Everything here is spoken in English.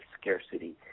scarcity